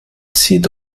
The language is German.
zieht